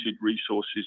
resources